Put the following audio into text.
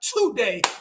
today